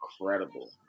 incredible